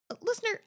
listener